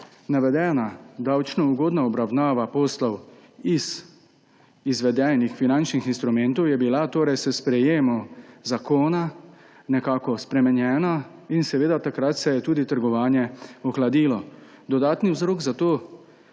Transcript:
Navedena ugodna davčna obravnava poslov iz izvedenih finančnih instrumentov je bila torej s sprejetjem zakona spremenjena in takrat se je tudi trgovanje ohladilo. Dodatni vzrok za to